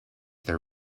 their